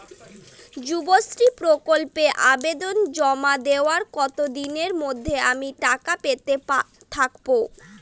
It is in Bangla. যুবশ্রী প্রকল্পে আবেদন জমা দেওয়ার কতদিনের মধ্যে আমি টাকা পেতে থাকব?